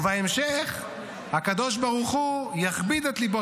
ובהמשך הקדוש ברוך הוא יכביד את ליבו